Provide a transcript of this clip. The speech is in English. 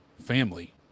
family